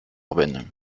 urbaines